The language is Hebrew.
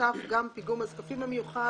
נוסף גם "פיגום זקפים מיוחד",